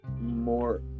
more